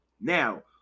Now